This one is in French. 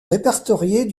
répertoriées